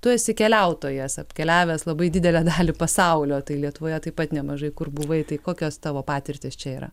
tu esi keliautojas apkeliavęs labai didelę dalį pasaulio tai lietuvoje taip pat nemažai kur buvai tai kokios tavo patirtis čia yra